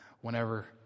whenever